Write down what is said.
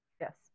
Yes